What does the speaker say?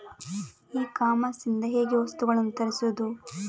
E commerce ಇಂದ ಹೇಗೆ ವಸ್ತುಗಳನ್ನು ತರಿಸುವುದು?